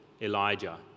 Elijah